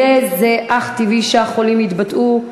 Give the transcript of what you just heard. היה זה אך טבעי שהחולים יתבטאו,